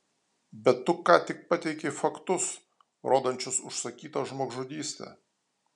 bet tu ką tik pateikei faktus rodančius užsakytą žmogžudystę